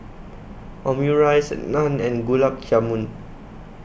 Omurice Naan and Gulab Jamun